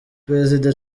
perezida